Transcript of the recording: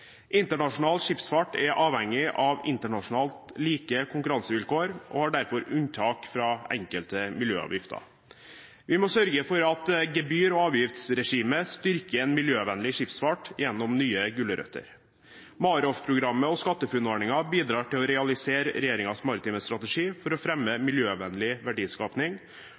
Internasjonal skipsfart er avhengig av internasjonalt like konkurransevilkår og har derfor unntak fra enkelte miljøavgifter. Vi må sørge for at gebyr- og avgiftsregimet styrker en miljøvennlig skipsfart gjennom nye gulrøtter. MAROFF-programmet og SkatteFUNN-ordningen bidrar til å realisere regjeringens maritime strategi for å fremme miljøvennlig verdiskaping,